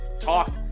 talk